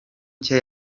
nshya